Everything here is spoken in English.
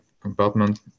compartment